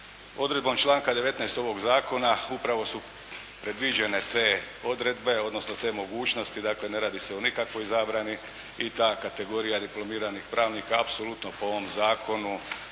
Odredbom članka 19. ovog zakona upravo su predviđene te odredbe, odnosno te mogućnosti, dakle ne radi se o nikakvoj zabrani i ta kategorija diplomiranih pravnika apsolutno po ovom zakonu